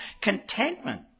Contentment